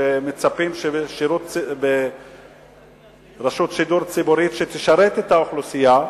כפי שמצפים שרשות ציבורית תשרת את האוכלוסייה.